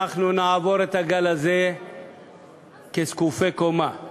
אנחנו נעבור את הגל הזה כזקופי קומה.